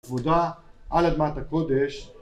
עבודה על אדמת הקודש